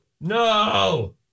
No